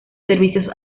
servicios